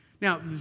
Now